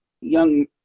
young